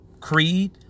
creed